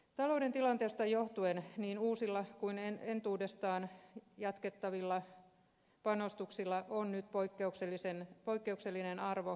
talouden tilanteesta johtuen niin uusilla kuin entuudestaan jatkettavilla panostuksilla on nyt poikkeuksellinen arvo ja kysyntä